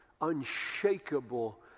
unshakable